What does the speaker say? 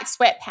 sweatpants